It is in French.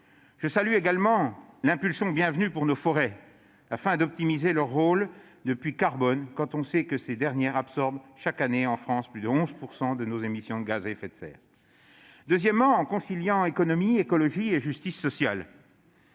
Je salue également l'impulsion bienvenue pour nos forêts : il nous fallait optimiser leur rôle de puits de carbone, sachant qu'elles absorbent chaque année en France plus de 11 % de nos émissions de gaz à effet de serre. Deuxièmement, concilier économie, écologie et justice sociale.